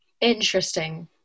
interesting